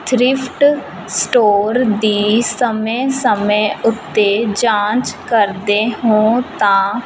thrift store ਦੀ ਸਮੇਂ ਸਮੇਂ ਉੱਤੇ ਜਾਂਚ ਕਰਦੇ ਹੋਂ ਤਾਂ